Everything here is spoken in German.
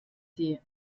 sie